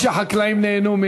נכון שחקלאים נהנו,